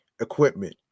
equipment